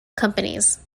companies